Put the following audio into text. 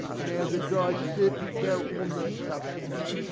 now the dry serpigo on the subject,